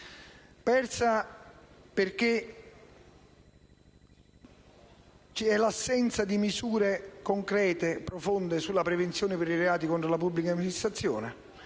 persa perché c'è l'assenza di misure concrete e profonde per la prevenzione dei reati contro la pubblica amministrazione.